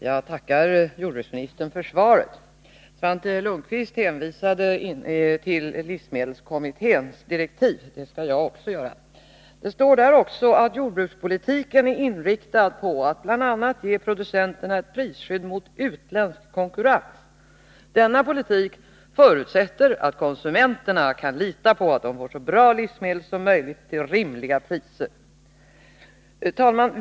Herr talman! Jag tackar jordbruksministern för svaret. Svante Lundkvist hänvisade till livsmedelskommitténs direktiv. Det skall jag också göra. Det står där också att jordbrukspolitiken är inriktad på att bl.a. ge producenterna ett prisskydd mot utländsk konkurrens och att denna politik förutsätter att konsumenterna kan lita på att de får så bra livsmedel som möjligt till rimliga priser. Herr talman!